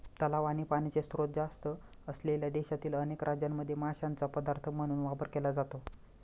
तलाव आणि पाण्याचे स्त्रोत जास्त असलेल्या देशातील अनेक राज्यांमध्ये माशांचा पदार्थ म्हणून वापर केला जातो